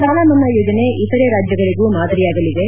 ಸಾಲಮನ್ನಾ ಯೋಜನೆ ಇತರೆ ರಾಜ್ಯಗಳಗೂ ಮಾದರಿಯಾಗಲಿದೆ